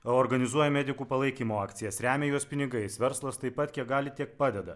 organizuoja medikų palaikymo akcijas remia juos pinigais verslas taip pat kiek gali tiek padeda